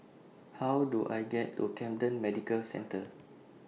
How Do I get to Camden Medical Centre